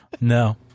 no